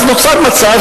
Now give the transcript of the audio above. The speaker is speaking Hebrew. אז נוצר מצב